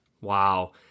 Wow